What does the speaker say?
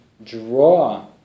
draw